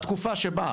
בתקופה שבה,